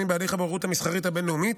בהליך הבוררות המסחרית הבין-לאומית.